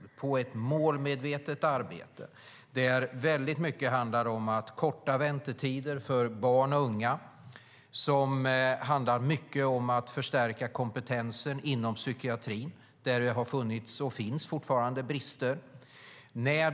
Det är ett målmedvetet arbete där mycket handlar om att korta väntetider för barn och unga. Det handlar mycket om att förstärka kompetensen inom psykiatrin, där det har funnits och fortfarande finns brister.